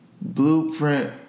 Blueprint